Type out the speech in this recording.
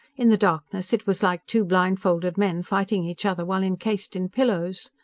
in the darkness, it was like two blindfolded men fighting each other while encased in pillows.